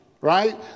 Right